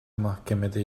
mahkemede